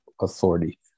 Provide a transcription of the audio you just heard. Authority